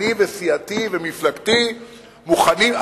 אני וסיעתי ומפלגתי מוכנים,